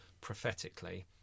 prophetically